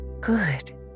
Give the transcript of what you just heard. good